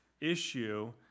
issue